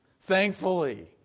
thankfully